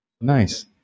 Nice